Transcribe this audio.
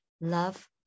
Love